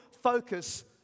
focus